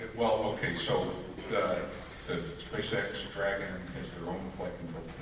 well, ok, so the spacex dragon has their own flight control